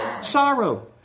sorrow